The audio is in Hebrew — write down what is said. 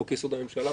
חוק-יסוד: הממשלה,